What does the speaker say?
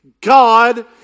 God